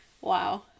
Wow